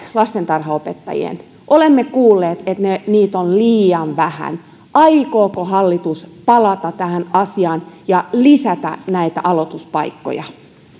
lastentarhanopettajien aloituspaikat olemme kuulleet että niitä on liian vähän aikooko hallitus palata tähän asiaan ja lisätä näitä aloituspaikkoja